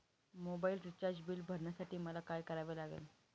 Mobile recharge bill भरण्यासाठी मला काय करावे लागेल?